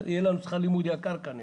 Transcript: יהיה לנו שכר לימוד יקר כנראה.